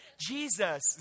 Jesus